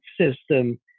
system